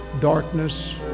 darkness